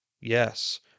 Yes